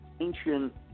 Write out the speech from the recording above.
ancient